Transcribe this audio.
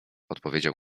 odpowiedział